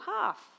half